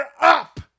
up